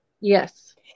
Yes